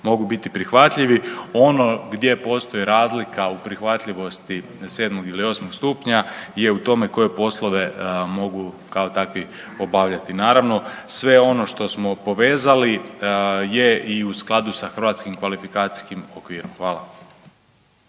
mogu biti prihvatljivi. Ono gdje postoji razlika u prihvatljivosti sedmog ili osmog stupnja je u tome koje poslove mogu kao takvi obavljati. Naravno sve ono što smo povezali je i u skladu sa hrvatskim kvalifikacijskim okvirom. Hvala.